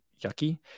yucky